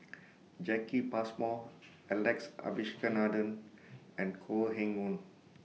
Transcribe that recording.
Jacki Passmore Alex Abisheganaden and Koh Eng Hoon